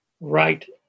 Right